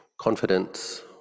confidence